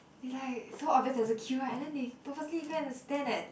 it's like so obvious there's a queue right and then they purposely go and stand at